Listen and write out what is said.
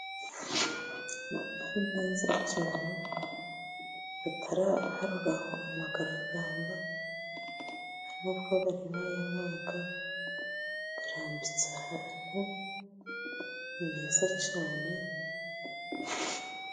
Amafi meza cyane bataraharuraho amagaragamba nta n'ubwo bari bayabaga, arambitse ahantu. Ni meza cyane.